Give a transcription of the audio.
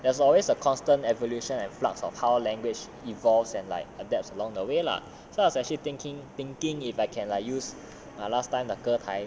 there's always a constant evolution and floods of how language evolves and adapts along the way lah so I was actually thinking thinking if I can like use like last time 的歌台